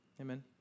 Amen